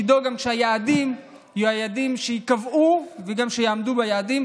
לדאוג שגם ייקבעו יעדים וגם שיעמדו ביעדים.